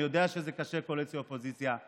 אני יודע שזה קשה, קואליציה אופוזיציה.